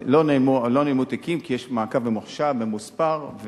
אז לא נעלמו תיקים, כי יש מעקב ממוחשב, ממוספר.